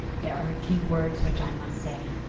there are a few words which i must say.